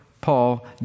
Paul